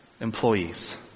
employees